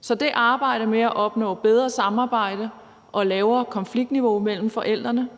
Så det arbejde med at opnå bedre samarbejde og lavere konfliktniveau mellem forældrene